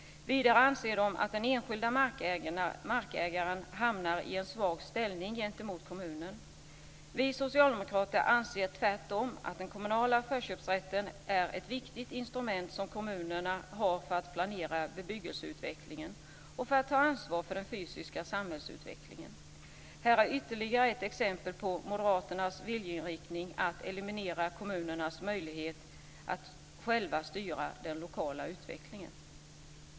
Vidare anser de att den enskilde markägaren hamnar i en svag ställning gentemot kommunen. Vi socialdemokrater anser tvärtom att den kommunala förköpsrätten är ett viktigt instrument som kommunerna har för att planera bebyggelseutvecklingen och för att ta ansvar för den fysiska samhällsutvecklingen. Här är ytterligare ett exempel på moderaternas viljeriktning att eliminera kommunernas möjlighet att själva styra den lokala utvecklingen.